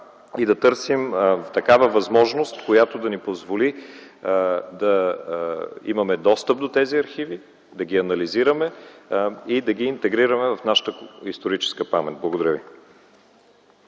и да търсим такава възможност, която да ни позволи да имаме достъп до тези архиви, да ги анализираме и да ги интегрираме в нашата историческа памет. Благодаря ви.